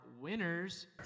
winners